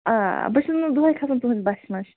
آ بہٕ چھَس نہَ حظ دۅہے کھسن تُہٕنٛزِ بَسہِ منٛز